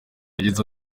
yagize